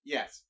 Yes